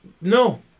No